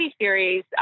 series